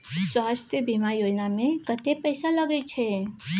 स्वास्थ बीमा योजना में कत्ते पैसा लगय छै?